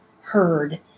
heard